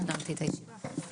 נעלתי את הישיבה.